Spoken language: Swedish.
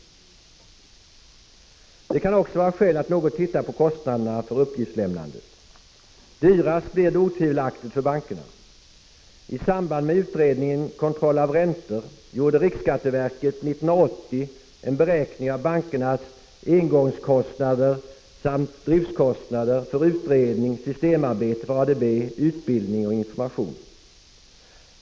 Det kan också vara skäl att något titta på kostnaderna för uppgiftslämnandet. Dyrast blir det otvivelaktigt för bankerna. I samband med utredningen Kontroll av räntor gjorde riksskatteverket 1980 en beräkning av bankernas engångskostnader samt driftskostnader för utredning, systemarbete för ADB, utbildning och information.